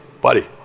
Buddy